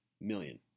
million